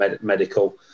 medical